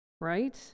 right